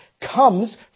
comes